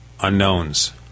unknowns